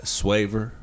swaver